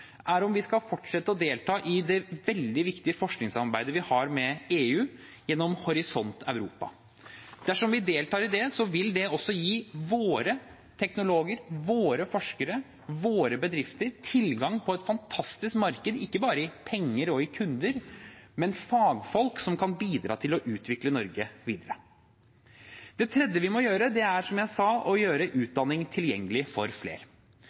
er om vi skal fortsette å delta i det veldig viktige forskningssamarbeidet vi har med EU gjennom Horisont Europa. Dersom vi deltar i det, vil det også gi våre teknologer, våre forskere og våre bedrifter tilgang på et fantastisk marked – ikke bare i penger og kunder, men også fagfolk som kan bidra til å utvikle Norge videre. Det tredje vi må gjøre, er – som jeg sa – å gjøre utdanning tilgjengelig for